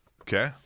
Okay